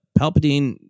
Palpatine